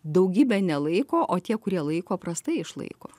daugybė nelaiko o tie kurie laiko prastai išlaiko